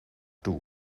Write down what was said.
toe